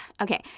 okay